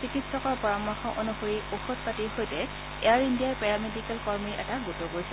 চিকিৎসকৰ পৰামৰ্শ অনুসৰি ঔষধপাতিৰ সৈতে এয়াৰ ইণ্ডিয়াৰ পেৰামেডিকেল কৰ্মীৰ এটা গোটও গৈছে